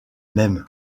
même